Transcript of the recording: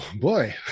boy